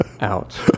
Out